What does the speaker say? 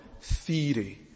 theory